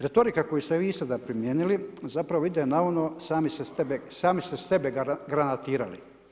Retorika koju ste vi i sada primijenili zapravo ide na ono sami ste sebe granatirali.